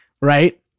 right